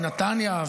נתניה,